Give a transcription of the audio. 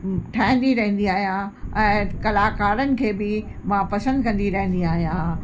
ठाहींदी रहंदी आहियां ऐं कलाकारनि खे बि मां पसंदि कंदी रहंदी आहियां